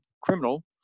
criminal